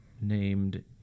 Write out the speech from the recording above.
named